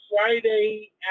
Friday